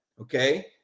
okay